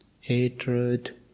hatred